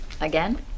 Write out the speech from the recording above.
Again